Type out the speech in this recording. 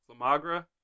Flamagra